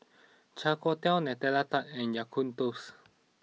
Char Kway Teow Nutella Tart and Kaya Toast